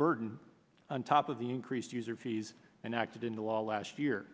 burden on top of the increased user fees and accidental or last year